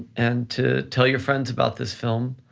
and to tell your friends about this film,